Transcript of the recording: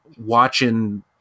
watching